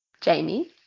Jamie